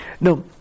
Now